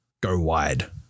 go-wide